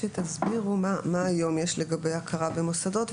שתסבירו מה יש היום לגבי הכרה מוסדות,